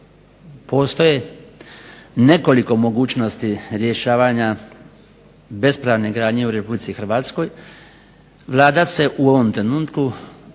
Postoje nekoliko mogućnosti rješavanja bespravne gradnje u RH. Vlada se u ovom trenutku